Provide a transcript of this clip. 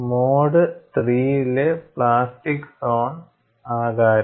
mode III ലെ plastic zone ആകാരം